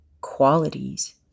qualities